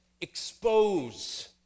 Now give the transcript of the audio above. expose